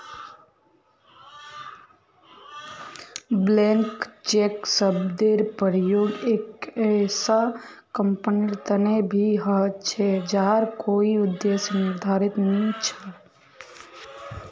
blank cheque शब्देर प्रयोग एक ऐसा कंपनीर तने भी ह छे जहार कोई उद्देश्य निर्धारित नी छ